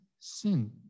Sin